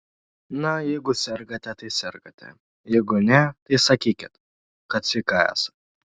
na jeigu sergate tai sergate jeigu ne tai sakykit kad sveika esat